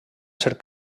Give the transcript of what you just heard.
ser